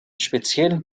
speziellen